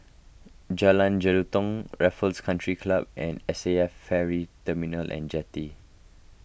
Jalan Jelutong Raffles Country Club and S A F Ferry Terminal and Jetty